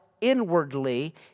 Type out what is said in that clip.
inwardly